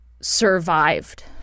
survived